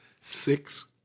six